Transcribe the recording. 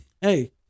hey